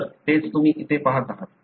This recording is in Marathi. तर तेच तुम्ही इथे पाहत आहात